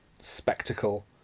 spectacle